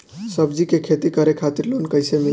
सब्जी के खेती करे खातिर लोन कइसे मिली?